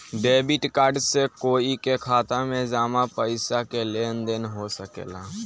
debit card से कोई के खाता में जामा पइसा के लेन देन हो सकेला